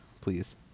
Please